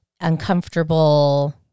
uncomfortable